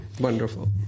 Wonderful